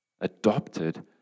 adopted